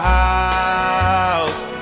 house